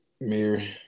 Mary